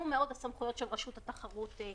מאוד הסמכויות של רשות התחרות כלפיהן.